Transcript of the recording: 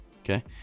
Okay